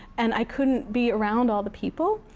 and i couldn't be around all the people.